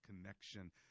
connection